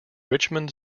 richmond